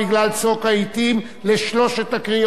ולכן עם סיום ההצבעה,